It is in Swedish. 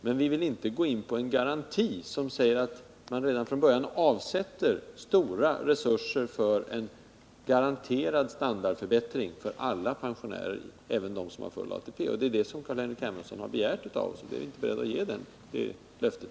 Men vi vill inte utfärda någon garanti som säger, att det redan från början skall avsättas stora resurser för en säkrad standardförbättring för alla pensionärer, även för dem som har full ATP pension, och det är det som Carl-Henrik Hermansson begärt. Jag är inte i dag beredd att ge det löftet.